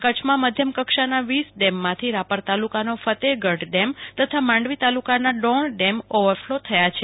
કચ્છમાં મધ્યમ કક્ષાના વીસ ડેમમાંથી રાપર તાલુકાનો ફતેહગઢ ડેમ તથા માંડવી તાલુકાના ડોણ ડેમ ઓવફલો થયો છે